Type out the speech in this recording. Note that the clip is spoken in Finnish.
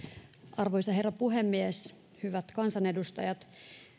arvoisa herra puhemies hyvät kansanedustajat